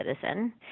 citizen